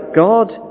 God